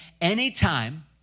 anytime